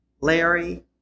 Larry